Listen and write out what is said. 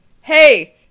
hey